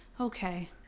Okay